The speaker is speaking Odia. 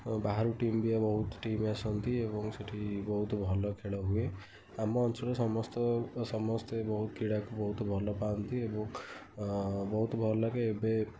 ବାହାରୁ ଟିମ୍ବି ବହୁତ ଟିମ୍ ଆସନ୍ତି ସେଠି ବହୁତ ଭଲଖେଳ ହୁଏ ଆମ ଅଞ୍ଚଳରେ ସମସ୍ତ ସମସ୍ତେ ବହୁତ କ୍ରୀଡ଼ାକୁ ବହୁତ ଭଲପାଆନ୍ତି ଏବଂ ବହୁତ ଭଲଲାଗେ ଏବେ